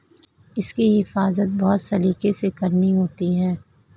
इसकी हिफाज़त बहुत सलीके से करनी होती है